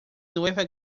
nueva